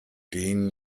den